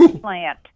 plant